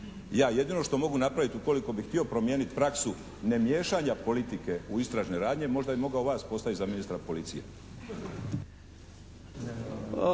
Ja jedino što mogu napraviti ukoliko bih htio promijeniti praksu nemiješanja politike u istražne radnje možda bi mogao vas postaviti za ministra policije.